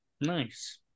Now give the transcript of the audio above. Nice